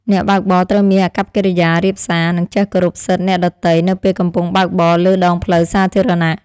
អ្នកបើកបរត្រូវមានអាកប្បកិរិយារាបសារ និងចេះគោរពសិទ្ធិអ្នកដទៃនៅពេលកំពុងបើកបរលើដងផ្លូវសាធារណៈ។